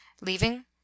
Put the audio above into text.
leaving